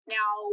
now